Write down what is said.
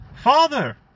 Father